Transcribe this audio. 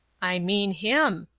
i mean him,